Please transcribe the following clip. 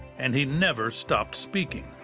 and he never stopped speaking.